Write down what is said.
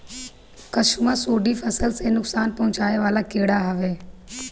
कंसुआ, सुंडी फसल ले नुकसान पहुचावे वाला कीड़ा हवे